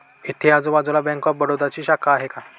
इथे आजूबाजूला bank of बडोदाची शाखा आहे का?